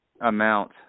amount